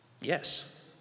Yes